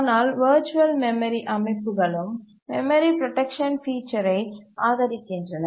ஆனால் virtual memory அமைப்புகளும் memory protection ஃபீச்சர்ரை ஆதரிக்கின்றன